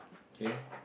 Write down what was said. K